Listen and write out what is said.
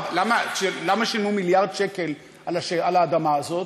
למה שילמו מיליארד שקל על האדמה הזאת?